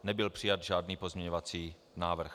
Nebyl přijat žádný pozměňovací návrh.